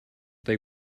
they